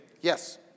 Yes